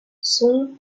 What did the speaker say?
son